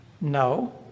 no